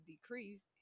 decreased